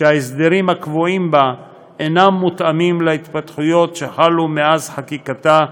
שההסדרים הקבועים בה אינם מותאמים להתפתחויות שחלו מאז חקיקתה,